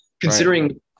considering